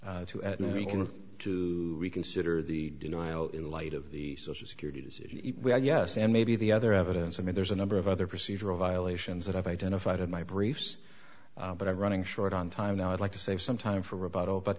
to reconsider the denial in light of the social security yes and maybe the other evidence i mean there's a number of other procedural violations that i've identified in my briefs but i'm running short on time now i'd like to save some time for about oh but